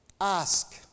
Ask